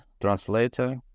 translator